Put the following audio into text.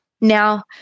Now